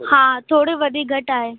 हा थोरो वधीक घटाए